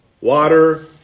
Water